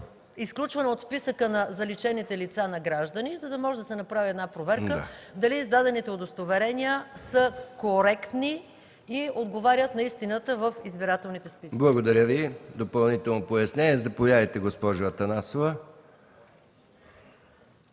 изключване от списъка на заличените лица на граждани, за да може да се направи една проверка дали издадените удостоверения са коректни и отговарят на истината в избирателните списъци. ПРЕДСЕДАТЕЛ МИХАИЛ МИКОВ: Благодаря Ви. Заповядайте, госпожо Атанасова.